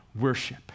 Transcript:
worship